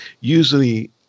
usually